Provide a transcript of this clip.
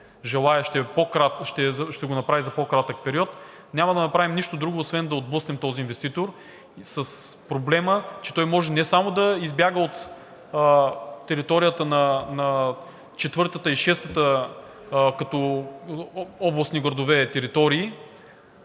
желае, ще го направи за по кратък период. Ние няма да направим нищо друго, освен да отблъснем този инвеститор, с проблема, че той може не само да избяга от територията на четвъртата и шестата като областни градове територии